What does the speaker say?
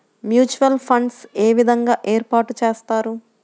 Mutual funds ఏ విధంగా ఏర్పాటు చేస్తారు?